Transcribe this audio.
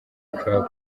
club